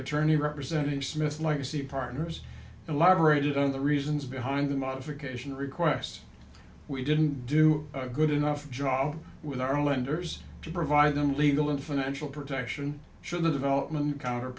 attorney representing smith's legacy partners and large rated on the reasons behind the modification request we didn't do a good enough job with our lenders to provide them legal and financial protection should the development counter